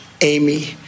Amy